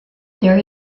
there